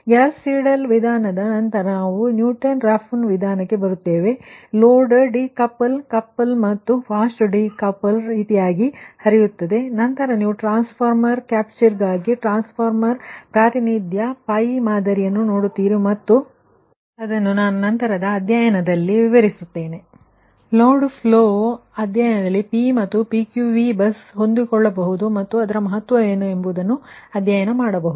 Gauss Seidel ವಿಧಾನದ ನಂತರ ನಾವು ನ್ಯೂಟನ್ ರಾಫ್ಸನ್ ವಿಧಾನಕ್ಕೆ ಬರುತ್ತೇವೆ ಮತ್ತು ಲೋಡ್ ಡಿಕಪಲ್ ಕಪಲ್ ಮತ್ತು ಫಾಸ್ಟ್ ಡಿಕಪಲ್ ರೀತಿಯಾಗಿ ಹರಿಯುತ್ತದೆ ಮತ್ತು ನಂತರ ನೀವು ಟ್ರಾನ್ಸಫಾರ್ಮರ್ ಕ್ಯಾಪ್ಚರ್ಗಾಗಿ ಟ್ರಾನ್ಸಫಾರ್ಮರ್ ಪ್ರಾತಿನಿಧ್ಯ ಪೈ ಮಾದರಿಯನ್ನು ನೋಡುತ್ತೀರಿ ಮತ್ತು ಇದನ್ನು ನಾನು ನಂತರದ ಅಧ್ಯಯನದಲ್ಲಿ ನಿಮಗೆ ವಿವರಿಸುತ್ತೇನೆ ಆ ಲೋಡ್ ಫ್ಲೋ ಅಧ್ಯಯನದಲ್ಲಿ P ಮತ್ತು PQV ಬಸ್ ಹೊಂದಿಸಿಕೊಳ್ಳಬಹುದು ಮತ್ತು ಅದರ ಮಹತ್ವ ಏನು ಎಂದು ಅಧ್ಯಯನ ಮಾಡಬಹುದು